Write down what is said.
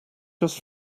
just